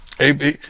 AB